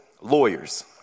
lawyers